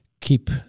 keep